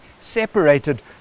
separated